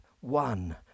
one